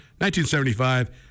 1975